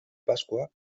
pasqua